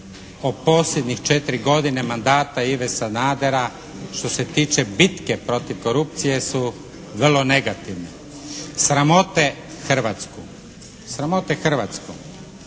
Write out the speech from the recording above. o posljednjih 4 godine mandata Ive Sanadera što se tiče bitke protiv korupcije su vrlo negativne. Sramote Hrvatsku. Sramote Hrvatsku.